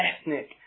ethnic